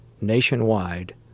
nationwide